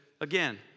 again